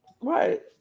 Right